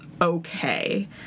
okay